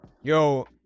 Yo